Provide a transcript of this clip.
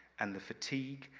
and the fatigue,